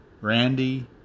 Randy